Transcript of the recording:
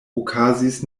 okazis